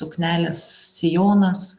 suknelės sijonas